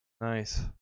Nice